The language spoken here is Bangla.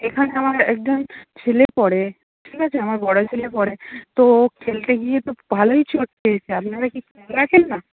এখানে আমার একজন ছেলে পড়ে ঠিক আছে আমার বড়ো ছেলে পড়ে তো ও খেলতে গিয়ে তো ভালোই চোট পেয়েছে আপনারা কি খোঁজ রাখেন না